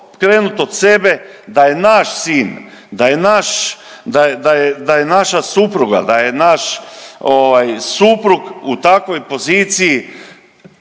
krenut od sebe da je naš sin, da je naš, da je naša supruga, da je naš suprug u takvoj poziciji